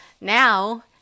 now